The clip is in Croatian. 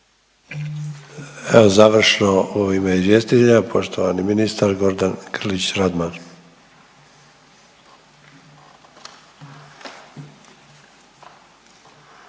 Evo završno u ime izvjestitelja, poštovani ministra Gordan Grlić Radman.